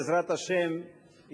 בעזרת השם,